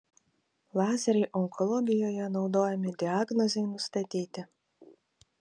lazeriai onkologijoje naudojami diagnozei nustatyti